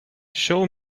show